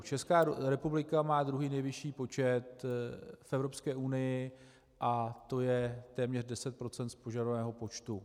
Česká republika má druhý nejvyšší počet v Evropské unii, to je téměř 10 % z požadovaného počtu.